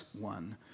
one